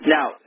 Now